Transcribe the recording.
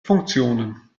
funktionen